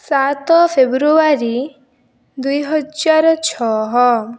ସାତ ଫେବୃଆରୀ ଦୁଇ ହଜାର ଛଅ